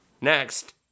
next